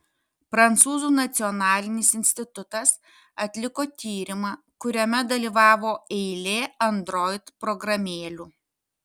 prancūzų nacionalinis institutas atliko tyrimą kuriame dalyvavo eilė android programėlių